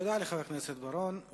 תודה לחבר הכנסת בר-און.